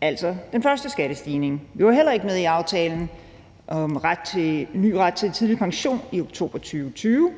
altså den første skattestigning. Vi var heller ikke med i aftalen om ny ret til tidlig pension i oktober 2020,